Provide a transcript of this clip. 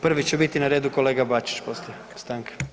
Prvi će biti na redu kolega Bačić poslije stanke.